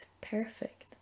perfect